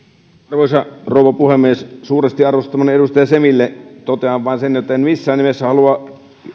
arvoisa rouva puhemies suuresti arvostamalleni edustaja semille totean vain sen etten missään nimessä halua